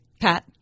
Pat